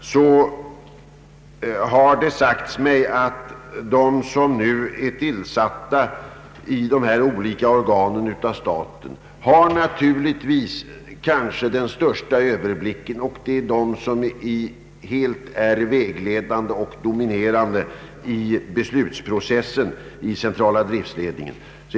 Det har då sagts mig att de som nu är tillsatta av staten i dessa båda organ naturligtvis har den största överblicken och är helt vägledande och dominerande i beslutsprocessen inom centrala driftledningen.